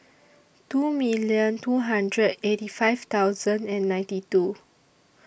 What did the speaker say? two million two hundred eighty five thousand and ninety two